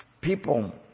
People